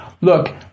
look